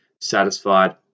satisfied